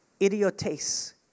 idiotes